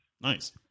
Nice